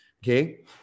Okay